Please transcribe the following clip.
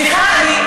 סליחה.